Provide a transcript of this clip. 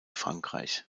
frankreich